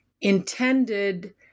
intended